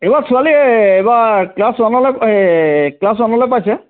এইবাৰ ছোৱালী এইবাৰ ক্লাছ ওৱানলৈ এই ক্লাছ ওৱানলৈ পাইছে